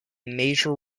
major